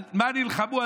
על מה נלחמו?